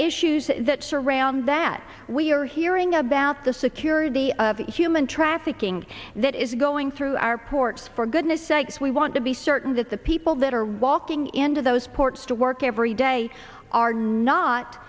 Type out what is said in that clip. issues that surround that we are hearing about the security of the human trafficking that is going through our ports for goodness sakes we want to be certain that the people that are walking into those ports to work every day are not